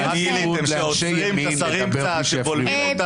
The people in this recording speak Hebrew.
אין סיכוי לאנשי ימין לדבר בלי שיפריעו להם.